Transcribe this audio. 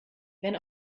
wenn